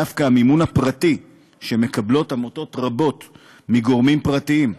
דווקא המימון הפרטי שמקבלות עמותות רבות מגורמים פרטיים,